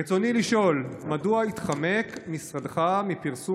רצוני לשאול: 1. מדוע מתחמק משרדך מפרסום